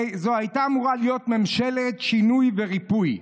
"זו הייתה אמורה להיות ממשלת 'שינוי וריפוי',